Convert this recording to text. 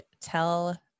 tell